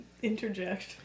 Interject